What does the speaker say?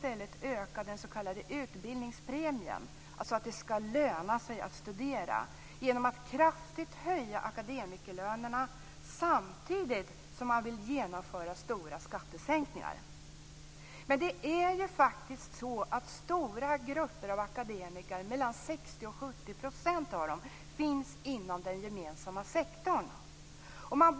I stället vill de öka den s.k. utbildningspremien - alltså att det ska löna sig att studera - genom att kraftigt höja akademikerlönerna; detta samtidigt som man vill genomföra stora skattesänkningar. Men det är faktiskt så att stora grupper av akademiker, 60-70 % av dem, finns inom den gemensamma sektorn.